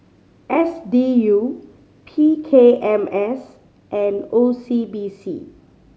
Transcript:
S D U P K M S and O C B C